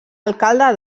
alcalde